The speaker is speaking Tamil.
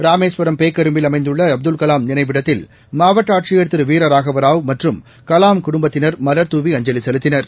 ராமேஸ்வரம் பேக்கரும்பில் அமைந்துள்ள அப்துல்கலாம் நினைவிடத்தில் மாவட்ட ஆட்சியர் திரு வீர ராகவராவ் மற்றும் கலாம் குடும்பத்தினா் மலாதூவி அஞ்சலி செலுத்தினர்